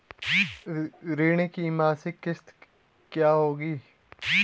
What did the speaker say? ऋण की मासिक किश्त क्या होगी?